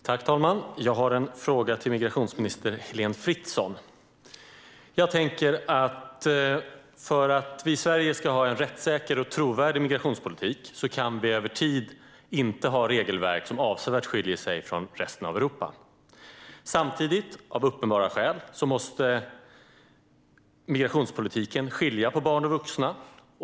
Herr talman! Jag har en fråga till migrationsminister Heléne Fritzon. För att vi i Sverige ska ha en rättssäker och trovärdig migrationspolitik kan vi över tid inte ha regelverk som avsevärt skiljer sig från dem i resten av Europa. Samtidigt måste migrationspolitiken av uppenbara skäl skilja på barn och vuxna.